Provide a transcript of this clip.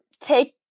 take